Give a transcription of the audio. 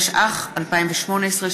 התשע"ח 2018,